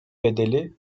bedeli